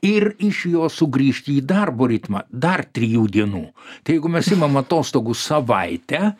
ir iš jo sugrįžti į darbo ritmą dar trijų dienų tai jeigu mes imam atostogų savaitę